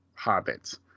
hobbits